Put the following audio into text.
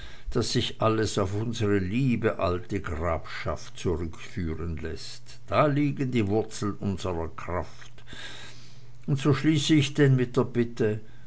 daß sich alles auf unsre alte liebe grafschaft zurückführen läßt da liegen die wurzeln unsrer kraft und so schließe ich denn mit der bitte